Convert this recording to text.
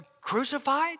crucified